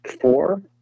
four